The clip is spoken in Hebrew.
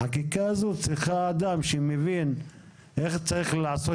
החקיקה הזאת צריכה אדם שמבין איך צריך לעשות